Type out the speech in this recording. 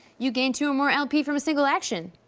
you gained two or more lp from a single action.